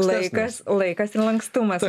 laikas laikas ir lankstumas